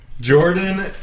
Jordan